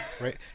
right